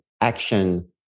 action